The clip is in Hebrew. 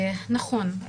נכון,